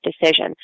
decision